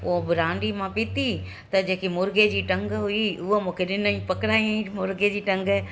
ओ brandy मां पीती त जेके मुर्गे जी टंग हुई उहो मूंखे ॾिनई पकड़ाई मुर्गे जी टंगु